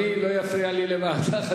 אני לא רואה הסכמים.